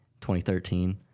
2013